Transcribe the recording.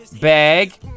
bag